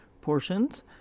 portions